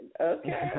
Okay